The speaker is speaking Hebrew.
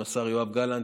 עם השר יואב גלנט.